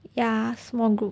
ya small group